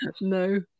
No